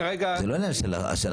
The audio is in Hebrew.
זה לא עניין של הכנסה,